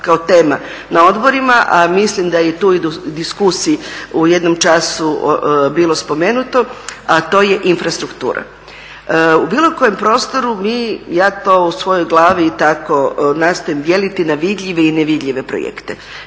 kao tema na odborima, a mislim da je i tu u diskusiji u jednom času bilo spomenuto, a to je infrastruktura. U bilo kojem prostoru, ja to u svojoj glavi tako nastojim dijeliti na vidljive i nevidljive projekte.